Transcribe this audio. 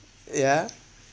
yeah